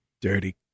Dirty